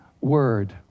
word